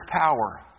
power